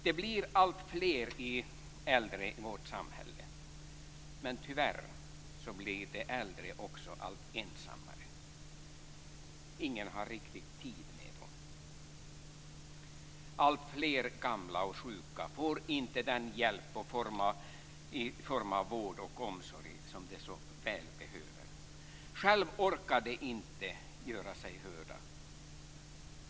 Det blir alltfler äldre i vårt samhälle, men tyvärr blir de äldre också allt ensammare. Ingen har riktigt tid med dem. Alltfler gamla och sjuka får inte den hjälp i form av vård och omsorg som de så väl behöver. De orkar inte göra sig hörda själva.